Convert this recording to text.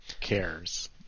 cares